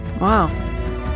Wow